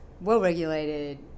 well-regulated